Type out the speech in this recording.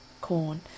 corn